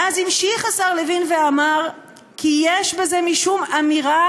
ואז המשיך השר לוין ואמר כי יש בזה משום אמירה